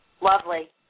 Lovely